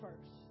first